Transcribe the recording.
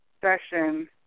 session